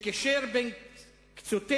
שקישר בין קצותיה